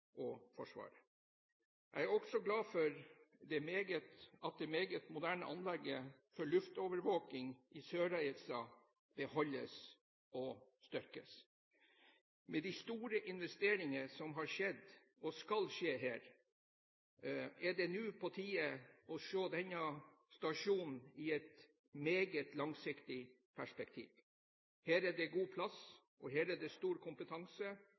Jeg er også glad for at det meget moderne anlegget for luftovervåking i Sørreisa beholdes og styrkes. Med de store investeringer som er gjort, og som skal gjøres her, er det nå på tide å se denne stasjonen i et meget langsiktig perspektiv. Her er det god plass, og her er det stor kompetanse